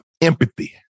empathy